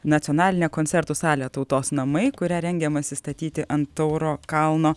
nacionalinę koncertų salę tautos namai kurią rengiamasi statyti ant tauro kalno